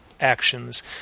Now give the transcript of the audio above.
actions